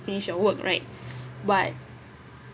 finish your work right but